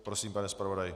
Prosím, pane zpravodaji.